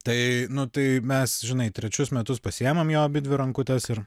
tai nu tai mes žinai trečius metus pasiimam jo abidvi rankutes ir